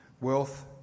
Wealth